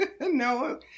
No